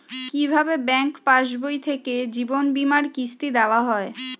কি ভাবে ব্যাঙ্ক পাশবই থেকে জীবনবীমার কিস্তি দেওয়া হয়?